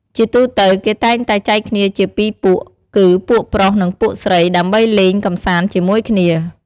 ជាទូទៅ គេតែងតែចែកគ្នាជាពីរពួកគឺ ពួកប្រុស និង ពួកស្រី ដើម្បីលេងកម្សាន្តជាមួយគ្នា។